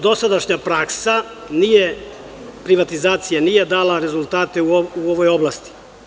Dosadašnja praksa nije, privatizacija, dala rezultate u ovoj oblasti.